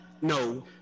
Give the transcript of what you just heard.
No